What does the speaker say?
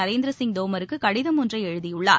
நரேந்திர சிங் தோமருக்கு கடிதம் ஒன்றை எழுதியுள்ளார்